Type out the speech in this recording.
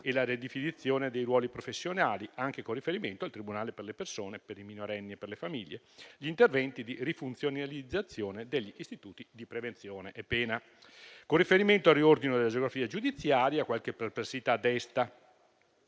e la ridefinizione dei ruoli professionali anche con riferimento al tribunale per le persone, per i minorenni e per le famiglie; gli interventi di rifunzionalizzazione degli istituti di prevenzione e pena. Con riferimento al riordino della geografia giudiziaria, qualche perplessità si desta